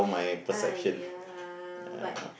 !aiya! but